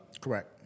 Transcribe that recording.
Correct